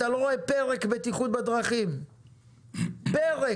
אתה לא רואה פרק בטיחות בדרכים, פרק.